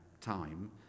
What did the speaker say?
time